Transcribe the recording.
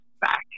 back